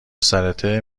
سرته